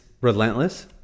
relentless